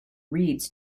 reeds